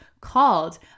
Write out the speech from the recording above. called